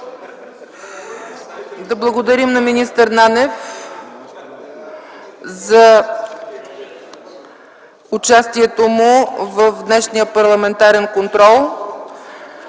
Да благодарим на министър Нанев за участието му в днешния парламентарен контрол.